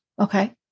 Okay